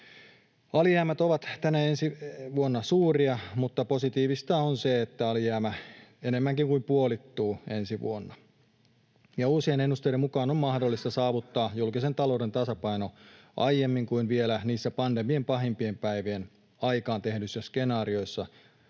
Alijäämät ovat tänä ja ensi vuonna suuria, mutta positiivista on se, että alijäämä enemmänkin kuin puolittuu ensi vuonna. Ja uusien ennusteiden mukaan on mahdollista saavuttaa julkisen talouden tasapaino aiemmin kuin vielä niissä pandemian pahimpien päivien aikaan tehdyissä skenaarioissa